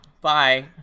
Bye